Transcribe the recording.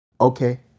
Okay